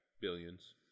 Billions